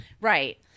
right